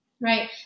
Right